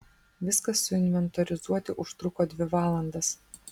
viską suinventorizuoti užtruko dvi valandas